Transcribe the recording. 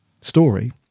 story